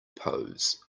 pose